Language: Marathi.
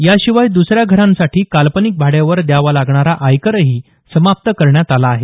याशिवाय दसऱ्या घरांसाठी काल्पनिक भाड्यावर द्यावा लागणारा आयकरही समाप्त करण्यात आला आहे